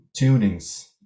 tunings